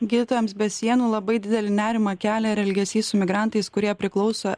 gydytojams be sienų labai didelį nerimą kelia ar elgesys su migrantais kurie priklauso